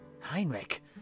Heinrich